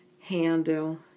handle